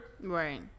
Right